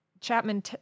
Chapman